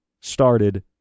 started